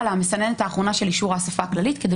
על המסננת האחרונה של אישור האסיפה הכללית כדי